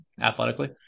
athletically